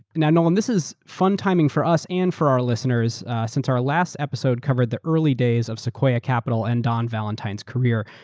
now, nolan, this is fun timing for us and for our listeners since our last episode covered the early days of sequoia capital and don valentine's career,